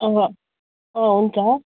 अहँ अँ हुन्छ